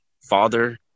father